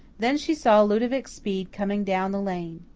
then she saw ludovic speed coming down the lane.